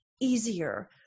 easier